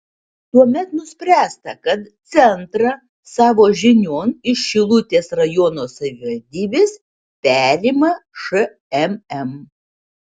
tuomet nuspręsta kad centrą savo žinion iš šilutės rajono savivaldybės perima šmm